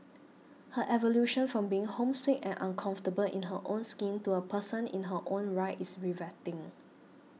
her evolution from being homesick and uncomfortable in her own skin to a person in her own right is riveting